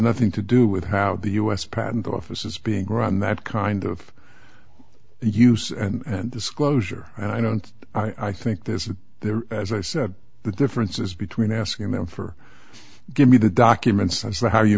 nothing to do with how the u s patent office is being run that kind of use and disclosure and i don't i think this is there as i said the differences between asking them for give me the documents and see how you